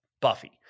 Buffy